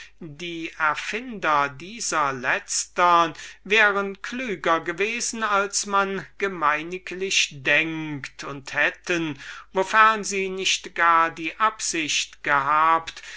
die erfinder dieser letztern seien klüger gewesen als man gemeiniglich denkt und hätten wofern sie nicht gar die heimliche absicht gehabt